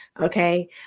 okay